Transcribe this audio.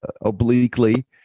obliquely